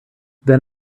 then